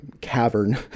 cavern